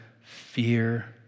fear